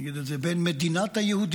אני אגיד את זה, בין מדינת היהודים